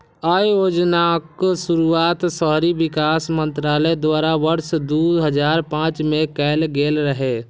अय योजनाक शुरुआत शहरी विकास मंत्रालय द्वारा वर्ष दू हजार पांच मे कैल गेल रहै